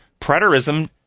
Preterism